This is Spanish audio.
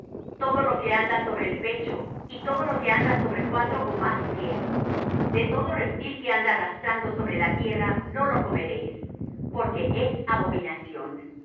todo lo que anda sobre el pecho y todo lo que anda sobre cuatro ó más pies de todo reptil que anda arrastrando sobre la tierra no lo comeréis porque es abominación